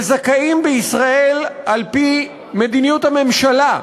וזכאים בישראל, על-פי מדיניות הממשלה,